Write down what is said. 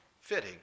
fitting